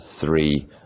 three